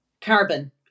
carbon